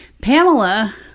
Pamela